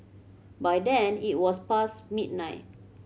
by then it was past midnight